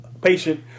patient